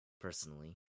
personally